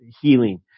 healing